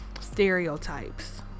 stereotypes